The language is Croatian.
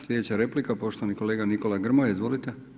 Slijedeća replika, poštovani kolega Nikola Grmoja, izvolite.